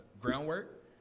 groundwork